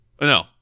No